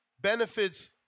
benefits